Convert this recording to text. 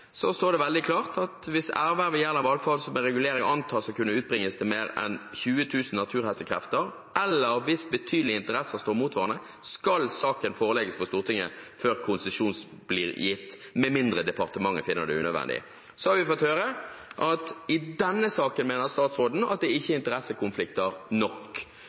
ved regulering antas å kunne utbringes til mer enn 20.000 naturhestekrefter, eller hvis betydelige interesser står mot hverandre, skal saken forelegges for Stortinget før konsesjon blir gitt, med mindre departementet finner det unødvendig.» Så har vi fått høre at i denne saken mener statsråden at det ikke er interessekonflikter nok.